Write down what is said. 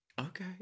Okay